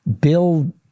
build